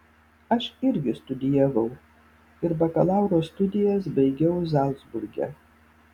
aš irgi studijavau ir bakalauro studijas baigiau zalcburge